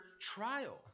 trial